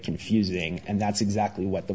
confusing and that's exactly what the